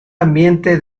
ambiente